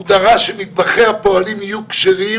הוא דרש שמטבחי הפועלים יהיו כשרים,